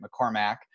McCormack